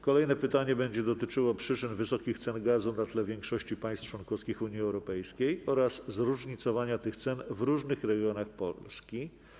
Kolejne pytanie będzie dotyczyło przyczyn wysokich cen gazu na tle większości państw członkowskich Unii Europejskiej oraz zróżnicowania tych cen w różnych rejonach Polski.